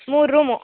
ಮೂರು ರೂಮು